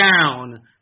down